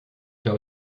habe